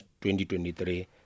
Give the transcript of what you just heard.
2023